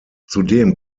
zudem